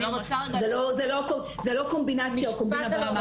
זו לא קומבינה במערכת,